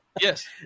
Yes